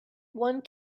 one